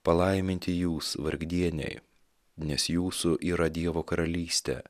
palaiminti jūs vargdieniai nes jūsų yra dievo karalystė